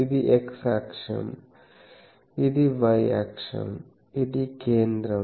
ఇది x అక్షం ఇది y అక్షం ఇది కేంద్రం